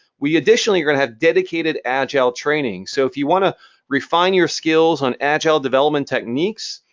we additionally are going to have dedicated agile training. so if you wanna refine your skills on agile development techniques,